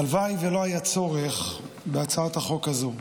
הלוואי שלא היה צורך בהצעת החוק הזאת,